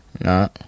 no